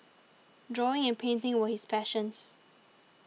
drawing and painting were his passions